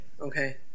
okay